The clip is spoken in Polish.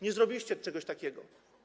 Nie zrobiliście czegoś takiego.